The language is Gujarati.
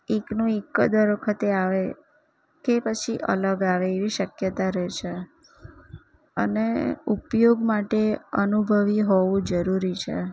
એકનો એક દર વખતે આવે કે પછી અલગ આવે એવી શક્યતા રહે છે અને ઉપયોગ માટે અનુભવી હોવું જરૂરી છે